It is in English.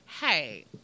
Hey